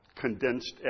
condensed